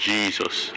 Jesus